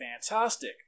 Fantastic